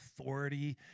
authority